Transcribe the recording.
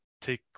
take